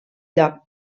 lloc